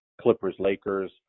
Clippers-Lakers